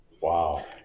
Wow